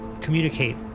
communicate